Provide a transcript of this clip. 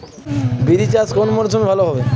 বিরি চাষ কোন মরশুমে ভালো হবে?